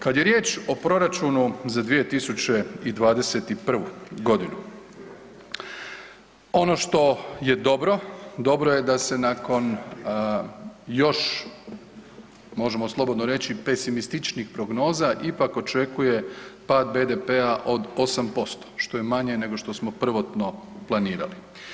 Kad je riječ o proračunu za 2021.g., ono što je dobro, dobro je da se nakon još, možemo slobodno reći, pesimističnijih prognoza, ipak očekuje pad BDP-a od 8%, što je manje nego što smo prvotno planirali.